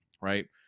right